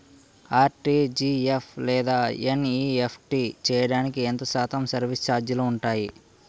RTGS లేదా NEFT చేయడానికి ఎంత శాతం సర్విస్ ఛార్జీలు ఉంటాయి?